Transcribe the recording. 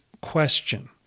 question